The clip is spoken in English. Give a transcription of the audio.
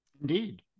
Indeed